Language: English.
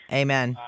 amen